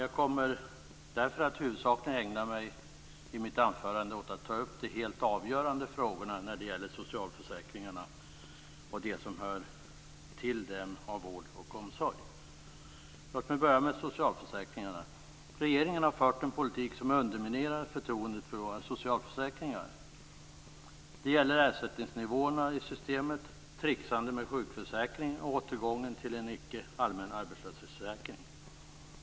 Jag kommer huvudsakligen att ägna mitt anförande åt att ta upp de helt avgörande frågorna när det gäller socialförsäkringarna och det som hör till dem av vård och omsorg. Låt mig börja med socialförsäkringarna. Regeringen har fört en politik som underminerar förtroendet för våra socialförsäkringar. Det gäller ersättningsnivåerna i systemet, trixandet med sjukförsäkringen och återgången till en icke-allmän arbetslöshetsförsäkring.